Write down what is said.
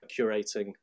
curating